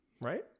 right